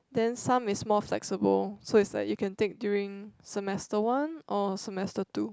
then some is more flexible so it's like you can take during semester one or semester two